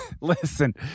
listen